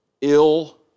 ill